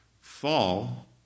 fall